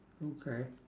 okay